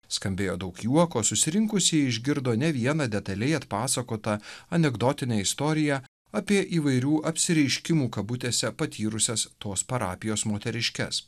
skambėjo daug juoko susirinkusieji išgirdo ne vieną detaliai atpasakotą anekdotinę istoriją apie įvairių apsireiškimų kabutėse patyrusias tos parapijos moteriškes